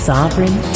Sovereign